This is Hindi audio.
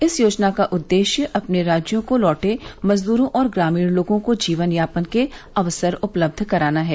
इस योजना का उद्देश्य अपने राज्यों को लौटे मजद्रों और ग्रामीण लोगों को जीवन यापन के अवसर उपलब्ध कराना है